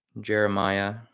Jeremiah